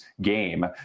game